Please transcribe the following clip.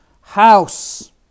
house